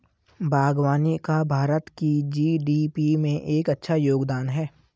बागवानी का भारत की जी.डी.पी में एक अच्छा योगदान है